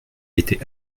été